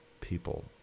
people